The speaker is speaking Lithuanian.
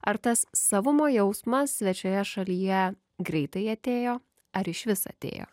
ar tas savumo jausmas svečioje šalyje greitai atėjo ar išvis atėjo